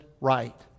right